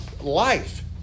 life